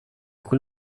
quel